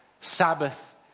Sabbath